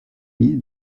mille